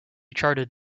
charted